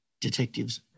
detectives